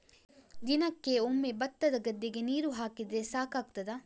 ದಿನಕ್ಕೆ ಒಮ್ಮೆ ಭತ್ತದ ಗದ್ದೆಗೆ ನೀರು ಹಾಕಿದ್ರೆ ಸಾಕಾಗ್ತದ?